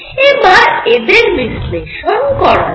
এবার এদের বিশ্লেষণ করা যাক